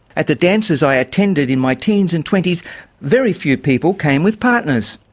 at the dances i attended in my teens and twenties very few people came with partners.